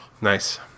Nice